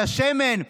על השמן,